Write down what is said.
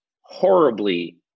horribly